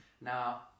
Now